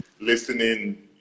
listening